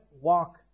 walk